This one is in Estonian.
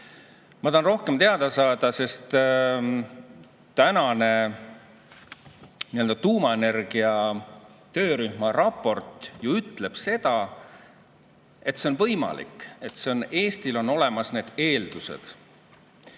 Ma tahan rohkem teada saada, sest tuumaenergia töörühma raport ütleb seda, et see on võimalik, Eestil on olemas need eeldused.